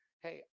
hey